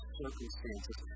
circumstances